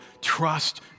trust